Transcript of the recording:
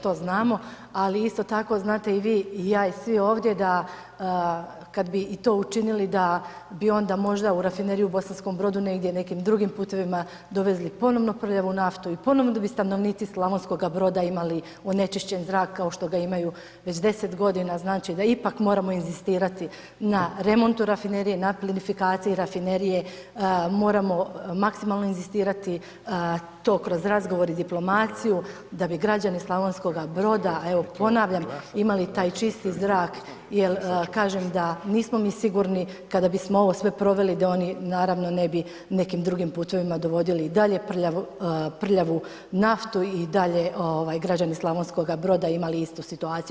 To znamo, ali isto tako znate i vi i ja i svi ovdje, da kada bi i to učinili, da bi onda možda u rafineriju u Bosanskom Brodu negdje, nekim drugim putevima dovezali ponovno prljavu naftu i ponovno bi stanovnici Slavonskoga Broda imali onečišćen zrak kao što ga imaju već 10 g. znači d ipak moramo inzistirati na remontu rafinerije, … benefikacije i rafinerije, moramo maksimalno inzistirati to kroz razgovor i diplomaciju, da bi građani Slavonskoga Broda, evo ponavljam, imali taj čisti zrak jer kažem, da nismo mi sigurni kada bismo ovo sve proveli, da oni naravno ne bi nekim drugim putevima dovodili i dalje prljavu naftu i dalje građani Slavonskoga Broda imali istu situaciju.